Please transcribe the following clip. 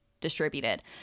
distributed